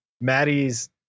maddie's